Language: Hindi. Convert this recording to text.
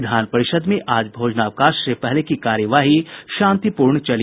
विधान परिषद् में आज भोजनावकाश से पहले की कार्यवाही शांतिपूर्ण चली